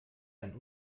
ein